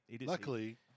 Luckily